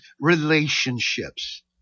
relationships